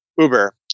uber